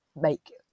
make